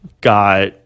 got